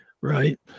Right